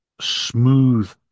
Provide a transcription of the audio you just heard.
smooth